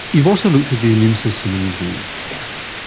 you've also looked at the immune system in these women. yes.